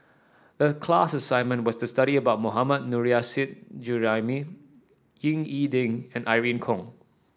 the class assignment was to study about Mohammad Nurrasyid Juraimi Ying E Ding and Irene Khong